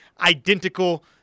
identical